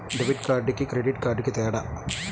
Debit కార్డుకి credit కార్డుకి తేడా?